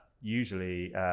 usually